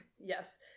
Yes